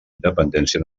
independència